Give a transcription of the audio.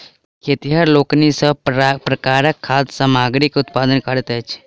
खेतिहर लोकनि सभ प्रकारक खाद्य सामग्रीक उत्पादन करैत छथि